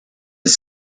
his